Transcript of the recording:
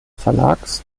verlags